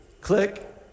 Click